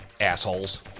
Assholes